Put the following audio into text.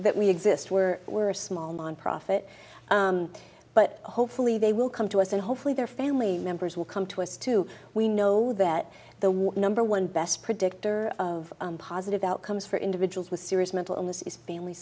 that we exist where we're a small nonprofit but hopefully they will come to us and hopefully their family members will come to us to we know that there was number one best predictor of positive outcomes for individuals with serious mental illness is family